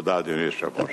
תודה, אדוני היושב-ראש.